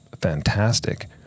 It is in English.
fantastic